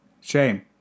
Shame